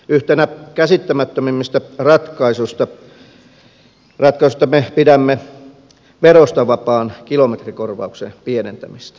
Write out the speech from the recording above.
yhtenä käsittämättömimmistä ratkaisuista me pidämme verosta vapaan kilometrikorvauksen pienentämistä